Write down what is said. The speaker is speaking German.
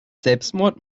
selbstmord